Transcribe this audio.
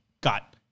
got